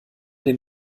den